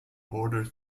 order